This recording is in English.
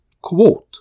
quote